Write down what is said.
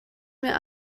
mir